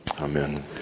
Amen